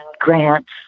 grants